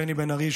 בני בן ארי,